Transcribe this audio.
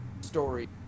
story